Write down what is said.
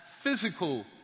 physical